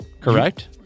correct